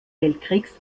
weltkriegs